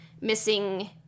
missing